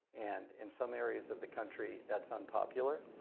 and in some areas of the country that's unpopular.